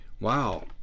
Wow